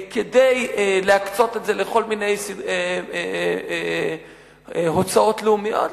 כדי להקצות את זה לכל מיני הוצאות לאומיות,